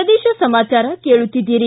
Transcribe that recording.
ಪ್ರದೇಶ ಸಮಾಚಾರ ಕೇಳುತ್ತಿದ್ದೀರಿ